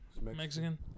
Mexican